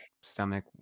stomach